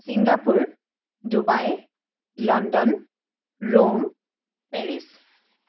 Singapore Dubai London Rome Paris